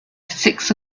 six